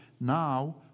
now